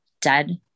dead